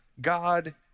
God